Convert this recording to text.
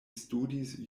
studis